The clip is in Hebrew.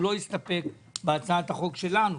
הוא לא הסתפק בהצעת החוק שלנו,